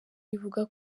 ivuga